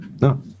No